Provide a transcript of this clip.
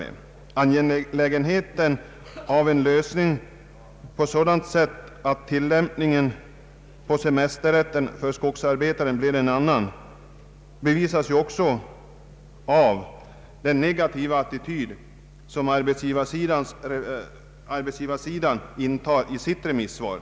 Angelägenheten av en lösning så att tillämpningen av semesterrätten för skogsarbetare blir en annan än nu rådande bevisas också av den negativa attityd som arbetsgivarsidan intar i sitt remissvar.